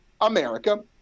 America